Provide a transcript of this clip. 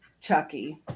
Chucky